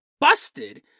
busted